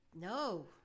No